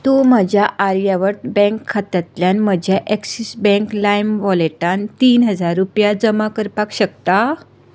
तूं म्हज्या आर्यावर्त बँक खात्यांतल्यान म्हज्ये एक्सिस बँक लायम वॉलेटांत तीन हजार रुपया जमा करपाक शकता